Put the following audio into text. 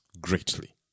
greatly